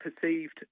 perceived